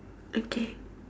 okay